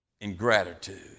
Ingratitude